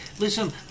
Listen